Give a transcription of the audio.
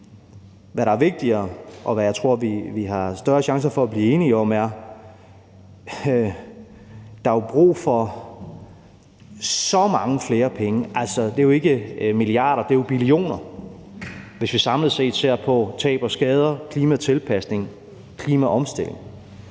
Hvad der er vigtigere, og hvad jeg tror vi har større chancer for at blive enige om, er jo, at der er brug for så mange flere penge. Altså, det er jo ikke milliarder, det er billioner, hvis vi samlet set ser på tab og skader, klimatilpasning, klimaomstilling.